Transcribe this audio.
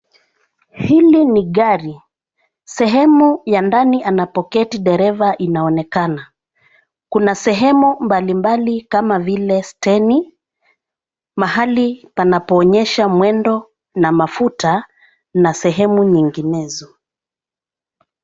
Hili ni gari. Sehemu ya ndani anapoketi dereva inaonekana. Kuna sehemu mbalimbali kama vile steni, mahali panapoonyesha mwendo na mafuta na sehemu nyinginezo